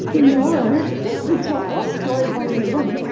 no, you don't want a toy boy with young so